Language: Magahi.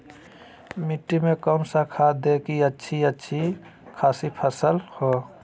मिट्टी में कौन सा खाद दे की अच्छी अच्छी खासी फसल हो?